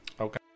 okay